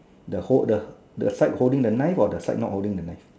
the hold the the side holding the knife or the side not holding the knife